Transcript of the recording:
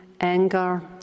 anger